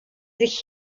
sich